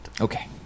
Okay